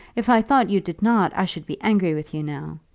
if i thought you did not, i should be angry with you now.